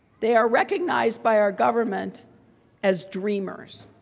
they are recognized by our government as dreamers.